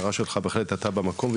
ההערה שלך בהחלט היתה במקום,